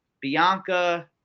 Bianca